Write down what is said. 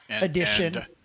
edition